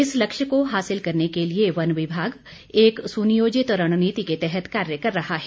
इस लक्ष्य को हासिल करने के लिए वन विभाग एक सुनियोजित रणनीति के तहत कार्य कर रहा है